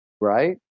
Right